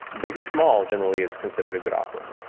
big or small, generally, is considered a good offering.